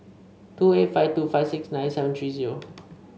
two eight five two five six nine seven three zero